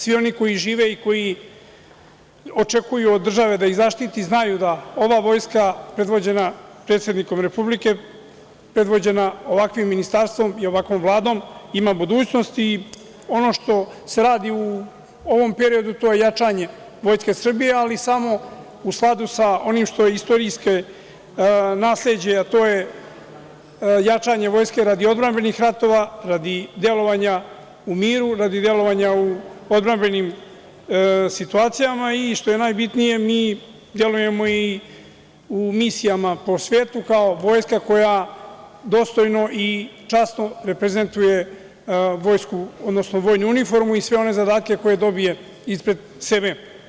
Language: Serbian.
Svi oni koji žive i koji očekuju od države da ih zaštiti znaju da ova Vojska, predvođena predsednikom Republike, predvođena ovakvim ministarstvom i ovakvom Vladom, ima budućnost i ono što se radi u ovom periodu to je jačanje Vojske Srbije, ali samo u skladu sa onim što je istorijske nasleđe, a to je jačanje vojske radi odbrambenih ratova, radi delovanja u miru, radi delovanja u odbrambenim situacijama i, što je najbitnije, mi delujemo i u misijama po svetu kao vojska koja dostojno i časno reprezentuje vojsku, odnosno vojnu uniformu i sve one zadatke koje dobije ispred sebe.